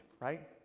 right